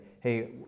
Hey